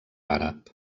àrab